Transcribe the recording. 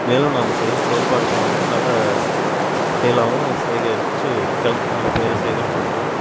மேலும் நம்ம செய்கிற செயல்பாடு மூலமாகவும் நல்ல செயலாவும் சேகரித்து வைக்கலாம் நல்ல பேரை சேகரித்து வைக்கலாம்